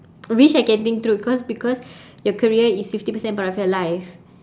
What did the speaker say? wish I can think through because because your career is fifty percent part of your life